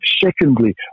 Secondly